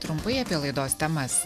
trumpai apie laidos temas